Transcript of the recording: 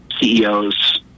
CEOs